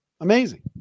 Amazing